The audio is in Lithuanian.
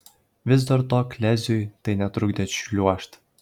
vis dėlto kleziui tai netrukdė šliuožt